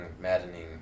maddening